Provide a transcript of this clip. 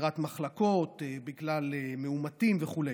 סגירת מחלקות בגלל מאומתים וכו'.